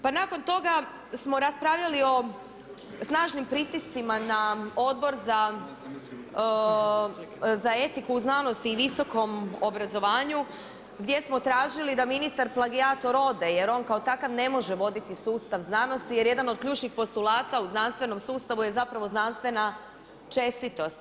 Pa nakon toga smo raspravljali o snažnim pritiscima na Odbor za etiku, znanost i viskom obrazovanju gdje smo tražili da ministar plagijator ode, jer on kao takav ne može voditi sustav znanosti jer jedan od ključnih postulata u znanstvenom sustavu je zapravo znanstvena čestitost.